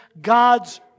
God's